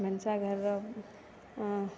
भनसाघरमे